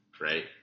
right